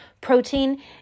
protein